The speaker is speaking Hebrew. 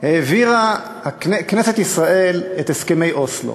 העבירה כנסת ישראל את הסכמי אוסלו.